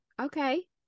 Okay